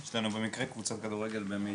כן,